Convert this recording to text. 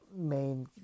main